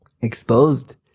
exposed